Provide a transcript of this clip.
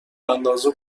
اندازه